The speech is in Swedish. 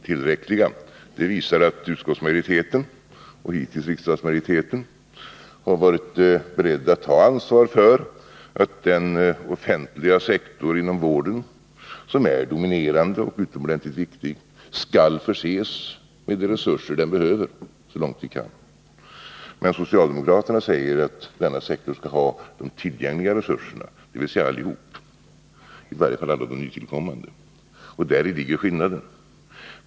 ”Tillräckliga” visar att utskottsmajoriteten och hittills också riksdagsmajoriteten har varit beredda att ta ansvaret för att den offentliga sektorn inom vården, som är dominerande och utomordentligt viktig, skall förses med de resurser den behöver så långt det är möjligt. Men socialdemokraterna säger att denna sektor skall ha ”tillgängliga” resurser, dvs. alla eller i varje fall alla nytillkommande resurser. Däri ligger skillnaden.